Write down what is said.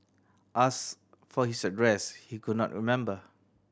asked for his address he could not remember